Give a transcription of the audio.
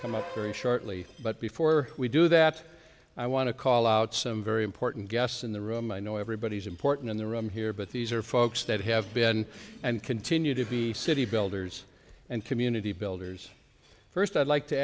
come up very shortly but before we do that i want to call out some very important guests in the room i know everybody's important in the room here but these are folks that have been and continue to be city builders and community builders first i'd like to